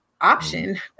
option